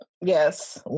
Yes